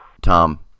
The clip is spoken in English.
Tom